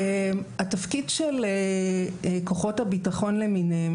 התפקיד של כוחות הביטחון למיניהם,